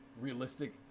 realistic